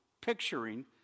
picturing